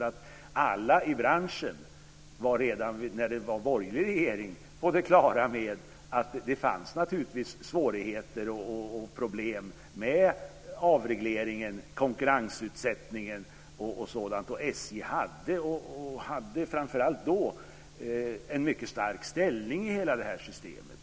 Alla i branschen var redan under den borgerliga regeringens tid på det klara med att det fanns svårigheter och problem med avregleringen, konkurrensutsättningen och sådant. Framför allt SJ hade då en mycket stark ställning i hela det här systemet.